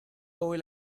oil